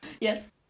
Yes